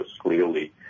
clearly